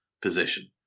position